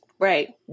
Right